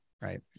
Right